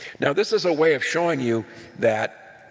now, this is a way of showing you that